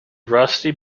rusty